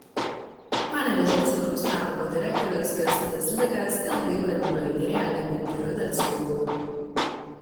panevėžio cukraus fabriko direktorius kęstutis likas ilgai brandino idėją gaminti rudą cukrų